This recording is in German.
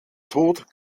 tod